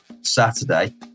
Saturday